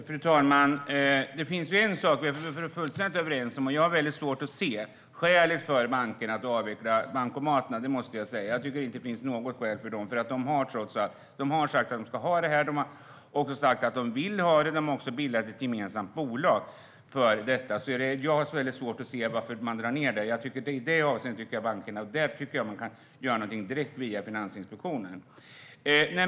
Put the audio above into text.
Fru talman! Det finns en sak som jag och Håkan Svenneling är helt överens om: Jag har svårt att se skälet för att bankerna ska avveckla bankomaterna. Det finns inget skäl för det. Bankerna har trots allt sagt att de ska ha bankomater. De har sagt att de vill ha det och har bildat ett gemensamt bolag för detta. Jag har svårt att se varför de ska dra ned på det. I det avseendet tycker jag att man kan göra något via Finansinspektionen.